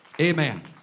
Amen